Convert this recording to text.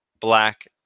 black